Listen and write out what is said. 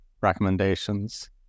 recommendations